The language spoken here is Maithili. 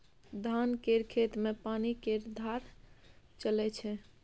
धान केर खेत मे पानि केर धार चलइ छै